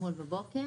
אתמול בבוקר.